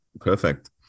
Perfect